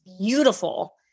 beautiful